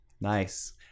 nice